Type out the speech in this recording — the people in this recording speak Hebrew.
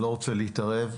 אני לא רוצה להתערב.